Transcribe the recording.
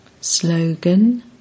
Slogan